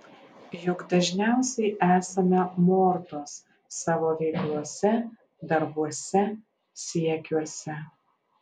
juk dažniausiai esame mortos savo veiklose darbuose siekiuose